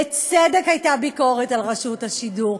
בצדק הייתה ביקורת על רשות השידור,